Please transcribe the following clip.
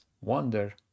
Wonder